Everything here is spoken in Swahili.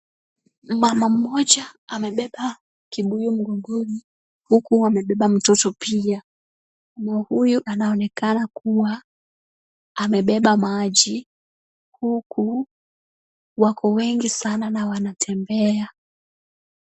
Mama mmoja amebeba kibuyu mgongoni, huku amebeba mtoto pia. Mama huyo anaonekana kuwa amebeba maji, huku wako wengi sana na wanatembea.